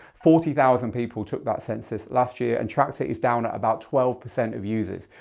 forty thousand people took that census last year and traktor is down at about twelve percent of users.